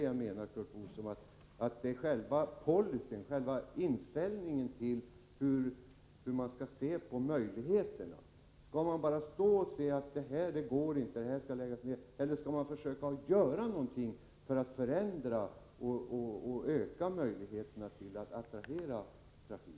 Jag menar, Curt Boström, att frågan gäller policyn, själva inställningen till hur man skall se på möjligheterna. Skall man stå och se att det här inte går, det måste vi lägga ned, eller skall man försöka göra någonting för att förändra och öka möjligheterna att göra trafiken attraktiv?